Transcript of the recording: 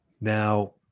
Now